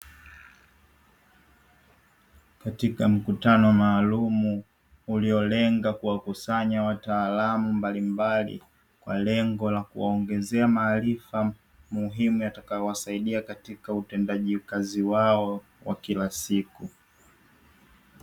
Katika mkutano maalum uliolenga kuwakusanya wataalamu mbalimbali kwa lengo la kuwaongezea maarifa muhimu yatakayowasaidia katika utendaji kazi wao wa kila siku.